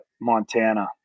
Montana